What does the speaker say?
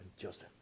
joseph